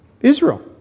Israel